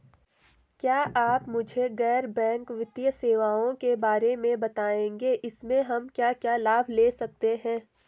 क्या आप मुझे गैर बैंक वित्तीय सेवाओं के बारे में बताएँगे इसमें हम क्या क्या लाभ ले सकते हैं?